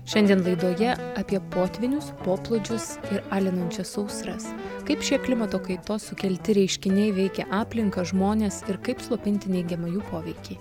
šiandien laidoje apie potvynius poplūdžius ir alinančias sausras kaip šie klimato kaitos sukelti reiškiniai veikia aplinką žmones ir kaip slopinti neigiamą jų poveikį